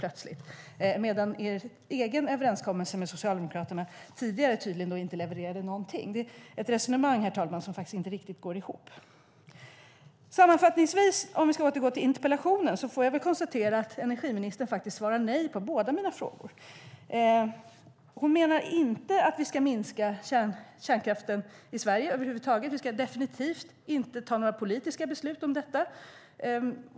Centerpartiets egen överenskommelse med Socialdemokraterna levererade tydligen inte någonting. Det är ett resonemang, herr talman, som inte riktigt går ihop. För att återgå till interpellationen får jag sammanfattningsvis konstatera att energiministern svarar nej på båda mina frågor. Hon menar att vi inte ska minska kärnkraften i Sverige över huvud taget. Vi ska definitivt inte fatta några politiska beslut om den.